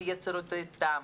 את יצירתיותם,